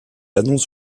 annonce